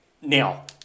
Now